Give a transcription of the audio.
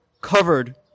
covered